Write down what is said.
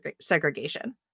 segregation